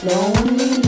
Lonely